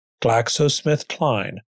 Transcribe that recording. GlaxoSmithKline